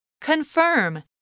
Confirm